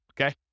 Okay